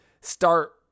start